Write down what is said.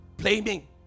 Blaming